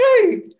true